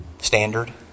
standard